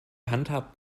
handhabt